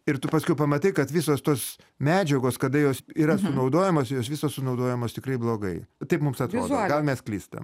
ir tu paskiau pamatai kad visos tos medžiagos kada jos yra naudojamos jos visos sunaudojamos tikrai blogai taip mums atrodo gal mes klystam